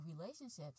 relationships